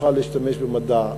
נוכל להשתמש במדע,